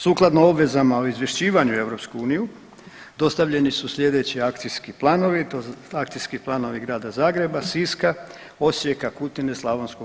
Sukladno obvezama o izvješćivanju EU dostavljeni su sljedeći akcijski planovi, to akcijski planovi grada Zagreba, Siska, Osijeka, Kutine, Sl.